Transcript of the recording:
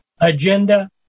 agenda